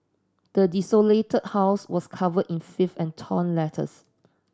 the desolated house was cover in filth and torn letters